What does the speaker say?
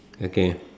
okay